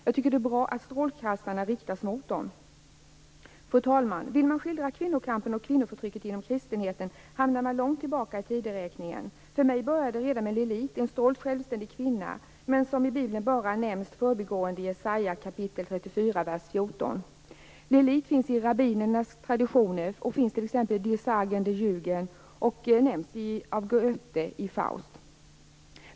Jag tycker att det är bra att strålkastarna riktas mot dem. Fru talman! Vill man skildra kvinnokampen och kvinnoförtrycket inom kristenheten hamnar man långt tillbaka i tideräkningen. För mig börjar det redan med Lilith, en stolt självständig kvinna men som i Bibeln bara nämns förbigående i Jesaja, kapitel 34, vers 14. Lilith finns i rabbinsk tradition och nämns t.ex. i Die Sagen der Juden och i Goethes Faust.